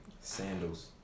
Sandals